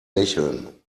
lächeln